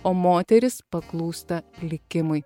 o moterys paklūsta likimui